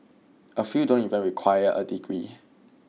a few don't even require a degree